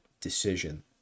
decision